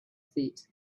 feet